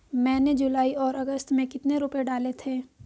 मैंने जुलाई और अगस्त में कितने रुपये डाले थे?